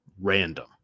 random